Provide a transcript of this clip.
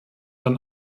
dann